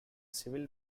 civil